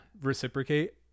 reciprocate